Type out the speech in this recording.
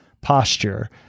posture